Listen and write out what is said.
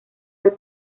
del